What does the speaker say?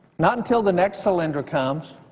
not until the next solyndra comes,